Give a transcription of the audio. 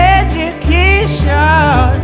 education